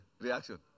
reaction